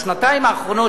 בשנתיים האחרונות,